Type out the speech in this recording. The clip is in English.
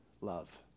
love